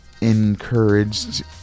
encouraged